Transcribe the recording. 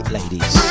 ladies